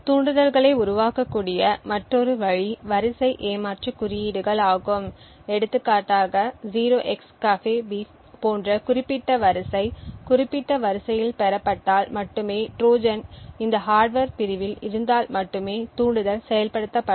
தூண்டுதல்களை உருவாக்கக்கூடிய மற்றொரு வழி வரிசை ஏமாற்று குறியீடுகள் ஆகும் எடுத்துக்காட்டாக 0xCAFEBEEF போன்ற குறிப்பிட்ட வரிசை குறிப்பிட்ட வரிசையில் பெறப்பட்டால் மட்டுமே ட்ரோஜன் இந்த ஹார்ட்வர் பிரிவில் இருந்தால் மட்டுமே தூண்டுதல் செயல்படுத்தப்படும்